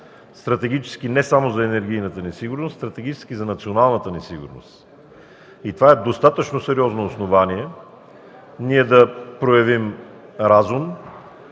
стратегически не само за енергийната ни сигурност, но стратегически за националната ни сигурност. Това е достатъчно сериозно основание да проявим разум